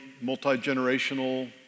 multi-generational